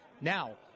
Now